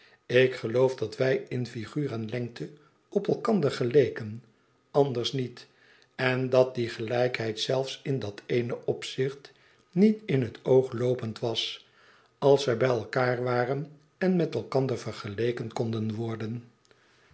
ik geloof dat wij in figuur en lengte op elkander geleken anders niet en dat die gelijkheid zelfs in dat ééne opzicht niet in het oogloopend was als wij bij elkander waren en met elkander vergeleken konden worden